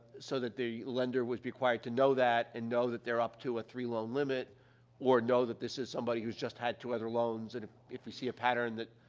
so that the lender was required to know that and know that they're up to a three loan limit or know that this is somebody who's just had two other loans, and if you see a pattern that,